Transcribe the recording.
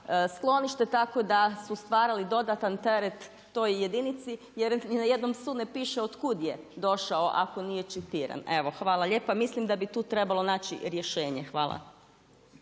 sklonište. Tako da su stvarali dodatan teret toj jedinici jer ni na jednom psu ne piše otkuda je došao ako nije čipiran. Evo hvala lijepa. Mislim da bi tu trebalo naći rješenje. Hvala.